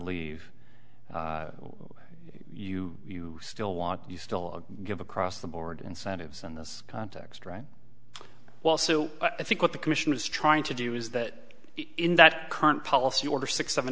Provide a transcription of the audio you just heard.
leave you you still want you still give across the board incentives in this context right well so i think what the commission is trying to do is that in that current policy order six seven